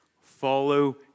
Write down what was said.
Follow